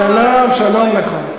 שלום, שלום לך.